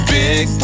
big